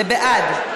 בעד.